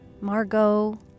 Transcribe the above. Margot